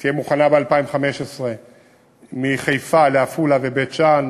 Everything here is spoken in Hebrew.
תהיה מוכנה ב-2015 מחיפה לעפולה ובית-שאן,